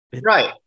right